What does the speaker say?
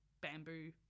bamboo